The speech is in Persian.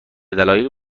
دلایل